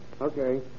Okay